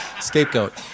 Scapegoat